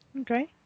Okay